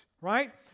right